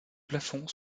plafonds